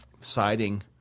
siding